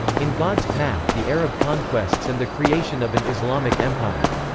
in gods path the arab conquests and the creation of an islamic empire.